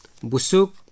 Busuk